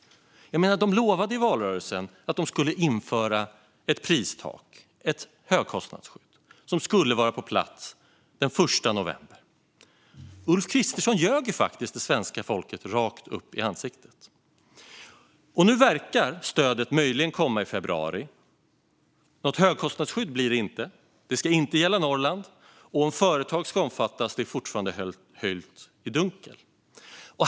Man lovade i valrörelsen att man skulle införa ett pristak, ett högkostnadsskydd som skulle vara på plats den 1 november. Ulf Kristersson ljög svenska folket rakt upp i ansiktet. Nu verkar stödet möjligen komma i februari, och något högkostnadsskydd är det inte. Och det ska inte gälla Norrland. Om företag ska omfattas är fortfarande höljt i dunkel.